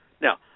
Now